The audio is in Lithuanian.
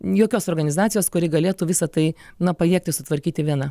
jokios organizacijos kuri galėtų visa tai na pajėgti sutvarkyti viena